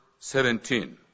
17